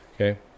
Okay